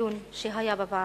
הדיון שהיה בוועדה,